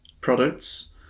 products